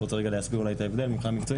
את רוצה להסביר אולי את ההבדל מבחינה מקצועית?